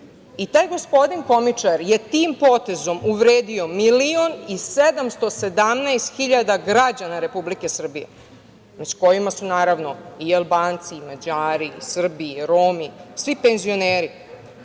Taj gospodin komičar je tim potezom uvredio milion i 717 hiljada građana Republike Srbije, među kojima su, naravno, i Albanci, i Mađari, i Srbi, i Romi, svi penzioneri.